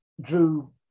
Drew